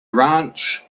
ranch